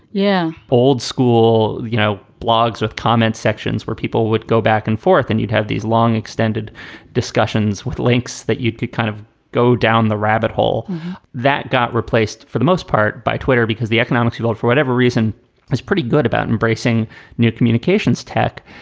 yeah, old school, you know, blogs with comments, sections where people would go back and forth and you'd have these long extended discussions with links that you'd could kind of go down the rabbit hole that got replaced for the most part by twitter, because the economics you hold for whatever reason is pretty good about embracing new communications tech.